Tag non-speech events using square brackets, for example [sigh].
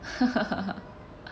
[laughs]